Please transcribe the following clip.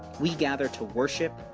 we gather to worship,